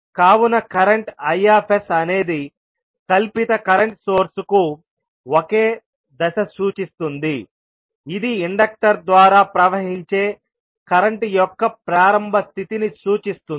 కావున కరెంట్ Iఅనేది కల్పిత కరెంట్ సోర్సు కు ఒకే దశ సూచిస్తుందిఇది ఇండక్టర్ ద్వారా ప్రవహించే కరెంట్ యొక్క ప్రారంభ స్థితిని సూచిస్తుంది